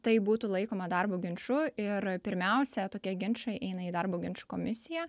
tai būtų laikoma darbo ginču ir pirmiausia tokie ginčai eina į darbo ginčų komisiją